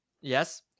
yes